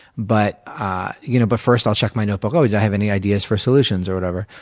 but ah you know but first, i'll check my notebook, oh, do i have any ideas for solutions? or whatever.